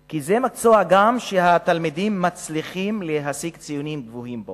כי זה גם מקצוע שהתלמידים מצליחים להשיג בו ציונים גבוהים.